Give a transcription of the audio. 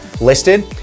listed